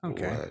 Okay